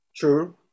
True